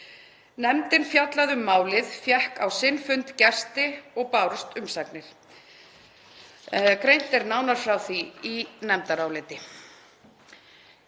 Nefndin fjallaði um málið, fékk á sinn fund gesti og bárust umsagnir. Greint er frá því í nefndaráliti.